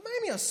מה הם יעשו?